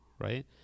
right